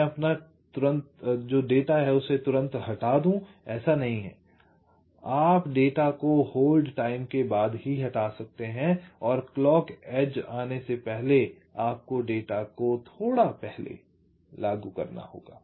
मैं अपना डेटा तुरंत हटा दूँ ऐसा नहीं है आप डेटा को होल्ड टाइम के बाद ही हटा सकते हैं और क्लॉक एज आने से पहले आपको डेटा को थोड़ा पहले लागू करना होगा